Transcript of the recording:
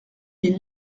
est